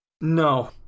No